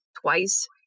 twice